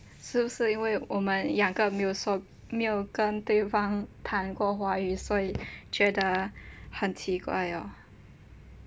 是不是应为我们两个没说没有跟对方谈过华语所以觉得很奇怪 orh